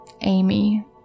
Amy